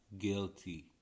guilty